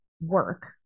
work